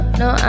no